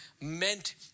meant